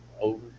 over